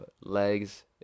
legs